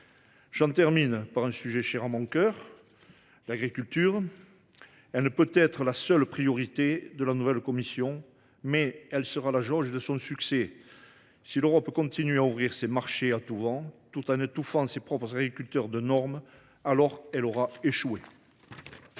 ce propos par un sujet cher à mon cœur : l’agriculture. Celle ci ne saurait être la seule priorité de la nouvelle Commission, mais elle sera la jauge de son succès. Si l’Europe continue à ouvrir ses marchés à tous les vents, tout en étouffant ses propres agriculteurs sous les normes, alors elle aura échoué.